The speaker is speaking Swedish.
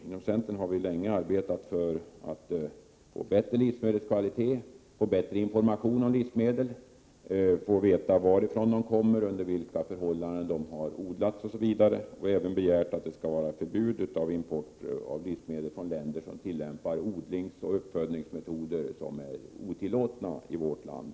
Inom centern har vi länge arbetet för bättre livsmedelskvalitet och bättre information om livsmedel — vi vill att konsumenterna skall få veta varifrån livsmedlen kommer, under vilka förhållanden de har producerats, osv. — och begärt ett förbud mot import av livsmedel från länder som tillämpar odlingsoch uppfödningsmetoder som är otillåtna i vårt land.